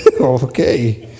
Okay